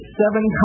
seven